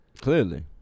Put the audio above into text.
Clearly